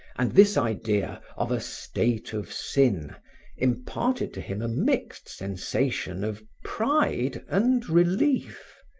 and this idea of a state of sin imparted to him a mixed sensation of pride and relief.